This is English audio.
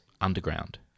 underground